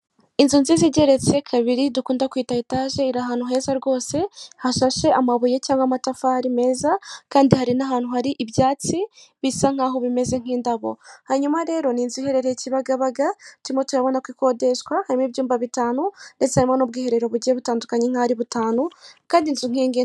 Abahagarariye emutiyeni hirya no hino mu gihugu, baba bafite aho babarizwa bagaragaza ibirango by'iryo shami bakorera rya emutiyeni, bakagira ibyapa bamanika kugira ngo bigaragaze igiciro umuntu acibwa agiye kohererereza undi amafaranga kandi bakagira n'ikayi